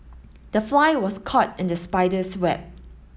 the fly was caught in the spider's web